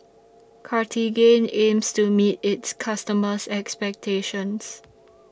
Cartigain aims to meet its customers' expectations